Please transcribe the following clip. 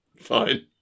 fine